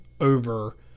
over